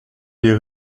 les